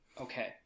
okay